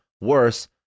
worse